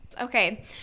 okay